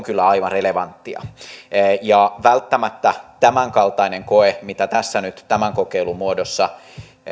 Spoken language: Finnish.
kyllä aivan relevanttia välttämättä tämän kaltainen koe mitä tässä nyt tämän kokeilun muodossa